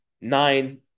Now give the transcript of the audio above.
Nine